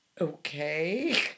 Okay